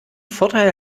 vorteil